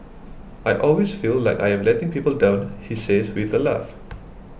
I always feel like I am letting people down he says with a laugh